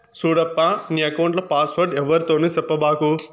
సూడప్పా, నీ ఎక్కౌంట్ల పాస్వర్డ్ ఎవ్వరితోనూ సెప్పబాకు